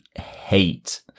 hate